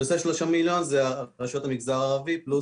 למעשה 3 מיליון זה רשויות המגזר הערבי פלוס 30% ברשויות המעורבות.